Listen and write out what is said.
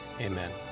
Amen